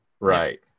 Right